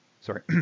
sorry